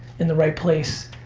in the right place,